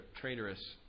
traitorous